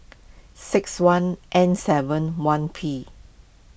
six one N seven one P